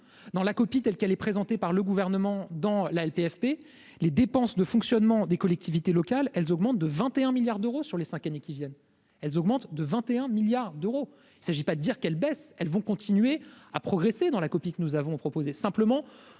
dans la copie telle qu'elle est présentée par le gouvernement dans la LPFP, les dépenses de fonctionnement des collectivités locales, elles augmentent de 21 milliards d'euros sur les 5 années qui viennent, elles augmentent de 21 milliards d'euros s'agit pas de dire qu'elle baisse, elles vont continuer à progresser dans la copie que nous avons proposé